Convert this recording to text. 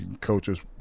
coaches